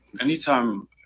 anytime